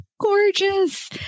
gorgeous